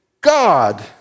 God